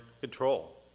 control